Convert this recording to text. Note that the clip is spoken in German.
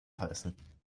heißen